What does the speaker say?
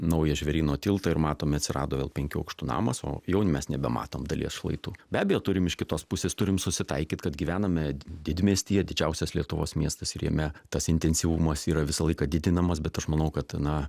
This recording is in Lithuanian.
naują žvėryno tiltą ir matome atsirado vėl penkių aukštų namas o jau mes nebematom dalies šlaitų be abejo turim iš kitos pusės turim susitaikyt kad gyvename didmiestyje didžiausias lietuvos miestas ir jame tas intensyvumas yra visą laiką didinamas bet aš manau kad na